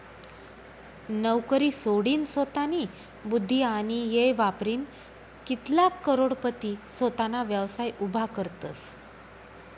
नवकरी सोडीनसोतानी बुध्दी आणि येय वापरीन कित्लाग करोडपती सोताना व्यवसाय उभा करतसं